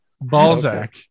Balzac